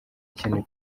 kintu